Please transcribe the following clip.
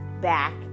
back